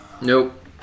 Nope